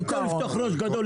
במקום לפתוח ראש גדול,